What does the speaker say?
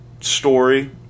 story